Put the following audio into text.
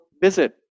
visit